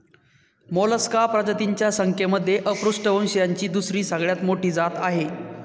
Mollusca प्रजातींच्या संख्येमध्ये अपृष्ठवंशीयांची दुसरी सगळ्यात मोठी जात आहे